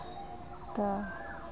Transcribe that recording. ᱛᱚ